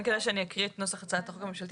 כדאי שאני אקרא את נוסח ההצעה הממשלתית,